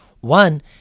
One